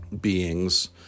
beings